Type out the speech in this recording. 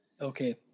okay